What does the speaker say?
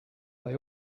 they